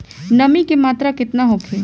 नमी के मात्रा केतना होखे?